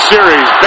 Series